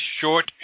short